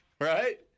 right